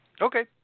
Okay